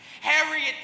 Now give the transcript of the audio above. Harriet